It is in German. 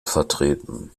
vertreten